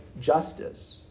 justice